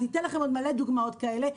אני אתן לכם עוד מלא דוגמאות כאלה,